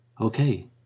okay